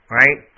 right